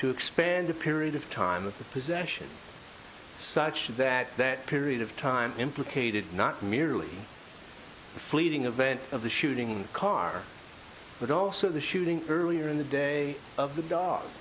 to expand the period of time of the possession such that that period of time implicated not merely the fleeting event of the shooting car but also the shooting earlier in the day of the dog